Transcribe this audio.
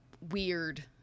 weird